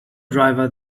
driver